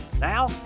Now